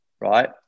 right